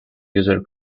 user